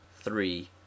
three